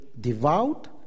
devout